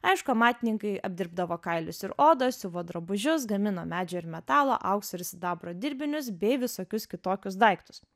aišku amatininkai apdirbdavo kailius ir odas siuvo drabužius gamino medžio ir metalo aukso ir sidabro dirbinius bei visokius kitokius daiktus